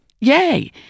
Yay